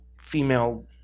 female